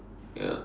ya